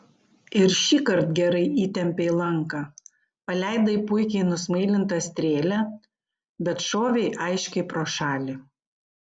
ir šįkart gerai įtempei lanką paleidai puikiai nusmailintą strėlę bet šovei aiškiai pro šalį